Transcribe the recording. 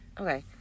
Okay